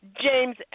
James